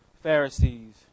Pharisees